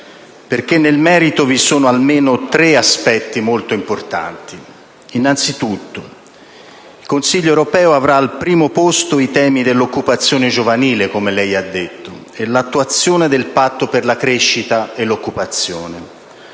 perché nel merito vi sono almeno tre aspetti molto importanti. Innanzitutto, il Consiglio europeo avrà al primo posto i temi dell'occupazione giovanile, come lei ha detto, e l'attuazione del patto per la crescita e l'occupazione,